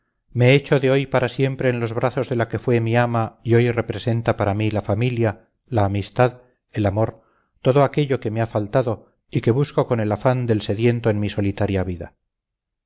me echo de hoy para siempre en los brazos de la que fue mi ama y hoy representa para mí la familia la amistad el amor todo aquello que me ha faltado y que busco con el afán del sediento en mi solitaria vida